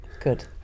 Good